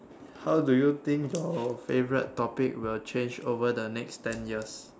how do you think your favorite topic will change over the next ten years